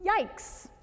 Yikes